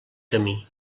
camí